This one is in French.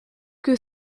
que